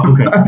Okay